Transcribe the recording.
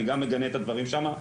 אני גם מגנה את הדברים שמה,